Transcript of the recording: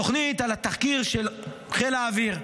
תוכנית על התחקיר של חיל האוויר.